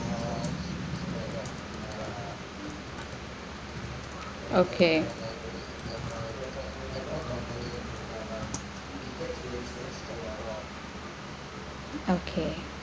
okay okay